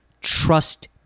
trust